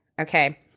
Okay